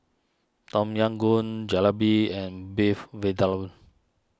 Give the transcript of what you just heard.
Tom Yam Goong Jalebi and Beef Vindaloo